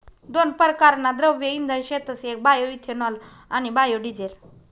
दोन परकारना द्रव्य इंधन शेतस येक बायोइथेनॉल आणि बायोडिझेल